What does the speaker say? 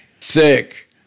thick